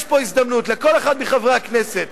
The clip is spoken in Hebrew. יש פה הזדמנות לכל אחד מחברי הכנסת,